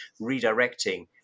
redirecting